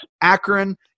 Akron